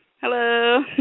Hello